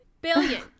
Billion